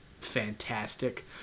fantastic